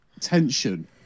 tension